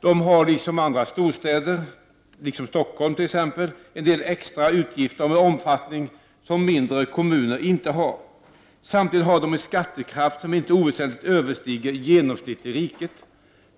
De har liksom andra storstäder, t.ex. Stockholm, en del extra utgifter av en omfattning som de mindre kommunerna inte har. Samtidigt har de en skattekraft som inte oväsentligt över stiger genomsnittet i riket,